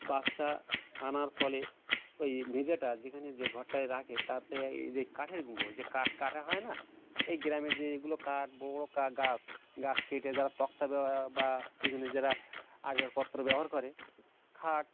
বাচ্চা আনার ফলে ওই মেঝেটা যেখানে যে ঘরটায় রাখে তাতে এই যে এই কাঠের গুঁড়ো যে কাঠ কাটা হয় না এই গ্রামে যে এগুলো কাঠ বড় বড় কা গাছ গাছ কেটে যারা তক্তা ব্যা বা এগুনো যারা আসবাবপত্র ব্যবহার করে খাট